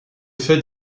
fais